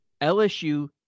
LSU